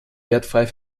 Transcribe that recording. wertfrei